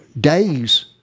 days